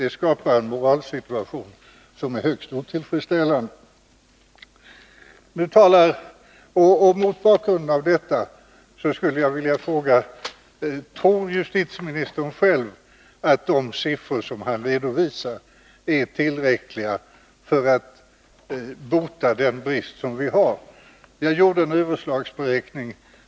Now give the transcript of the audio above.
Det skapar en moralsituation som är högst otillfredsställande. Mot bakgrund av detta skulle jag vilja fråga: Tror justitieministern själv att de siffror som han redovisar är tillräckliga för att bota den brist som vi har? Jag har gjort en överslagsberäkning.